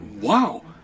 wow